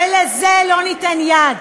ולזה לא ניתן יד.